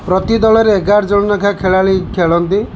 ପ୍ରତି ଦଳରେ ଏଗାର ଜଣ ଲେଖାଏଁ ଖେଳାଳି ଖେଳନ୍ତି